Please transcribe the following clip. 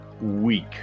week